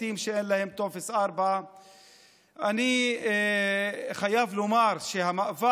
בתים שאין להם טופס 4. אני חייב לומר שהמאבק